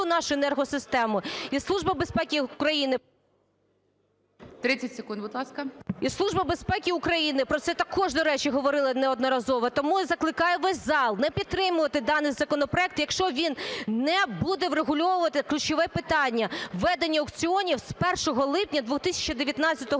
ласка. ВОЙЦІЦЬКА В.М. І Служба безпеки України про це також, до речі, говорила неодноразово. Тому я закликаю весь зал не підтримувати даний законопроект, якщо він не буде врегульовувати ключове питання – введення аукціонів з 1 липня 2019 року